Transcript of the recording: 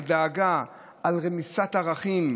על דאגה, על רמיסת ערכים,